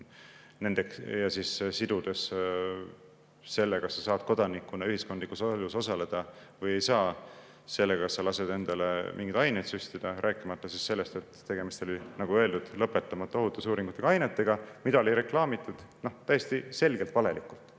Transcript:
ja sidudes selle, kas sa saad kodanikuna ühiskondlikus elus osaleda või ei saa, sellega, kas sa lased endale mingeid aineid süstida. Rääkimata sellest, et tegemist oli, nagu öeldud, lõpetamata ohutusuuringutega ainetega, mida oli reklaamitud täiesti selgelt valelikult. Kogu